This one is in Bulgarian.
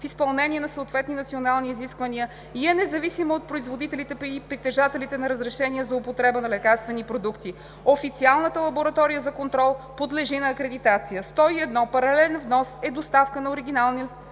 в изпълнение на съответни национални изисквания и е независима от производителите и притежателите на разрешения за употреба на лекарствени продукти.“ Официалната лаборатория за контрол подлежи на акредитация. 101. „Паралелен внос“ е доставка на оригинални лекарствени